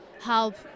help